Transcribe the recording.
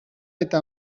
eta